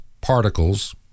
particles